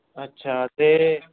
अच्छा तेरे